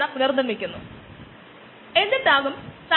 നമുക്ക് ഏകദേശം 9 മിനിറ്റ് ശേഷിക്കുന്നു